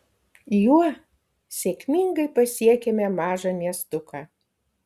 juo sėkmingai pasiekėme mažą miestuką